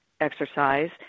exercise